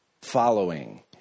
following